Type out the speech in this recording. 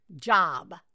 job